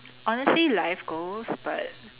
honestly life goals but